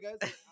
guys